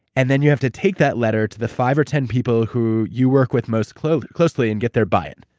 and then, you have to take that letter to the five or ten people who you work with most closely closely and get their bind.